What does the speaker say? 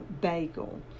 bagel